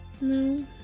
No